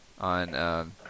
on